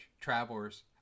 travelers